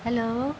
hello